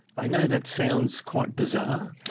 i know that sounds quite bizarre.